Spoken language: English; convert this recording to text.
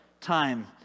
time